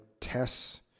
tests